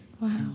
Wow